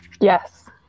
yes